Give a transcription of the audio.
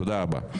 תודה רבה.